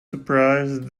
surprised